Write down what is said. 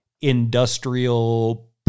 industrial